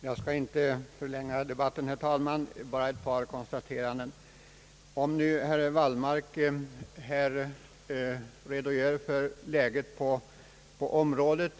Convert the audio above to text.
Herr talman! Jag skall inte mycket förlänga debatten. Tillåt mig bara att göra ett par konstateranden. När herr Wallmark redogör för läget på området